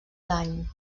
l’any